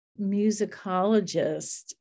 musicologist